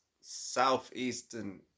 southeastern